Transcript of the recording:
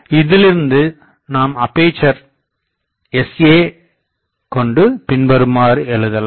இதிலிருந்து நாம் அப்பேசர் sa கொண்டு பின்வருமாறு எழுதலாம்